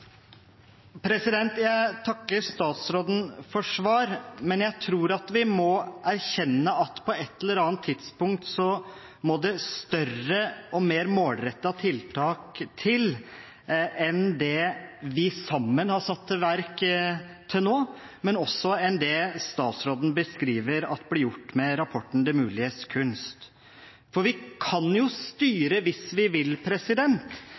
Jeg takker statsråden for svar, men jeg tror vi må erkjenne at på et eller annet tidspunkt må det større og mer målrettede tiltak til enn det vi sammen har satt i verk til nå, men også mer enn det statsråden beskriver blir gjort med rapporten Det muliges kunst. Vi kan jo styre hvis vi vil,